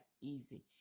easy